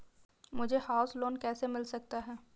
मुझे house loan कैसे मिल सकता है?